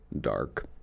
dark